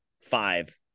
five